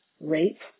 rape